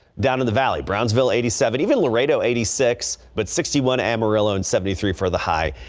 down in the valley brownsville eighty seven even laredo eighty six but sixty one amarillo and seventy three for the high.